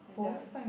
like the